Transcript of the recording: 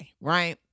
right